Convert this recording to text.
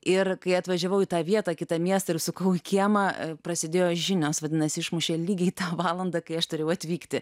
ir kai atvažiavau į tą vietą kitą miestą ir įsukau į kiemą prasidėjo žinios vadinasi išmušė lygiai tą valandą kai aš turėjau atvykti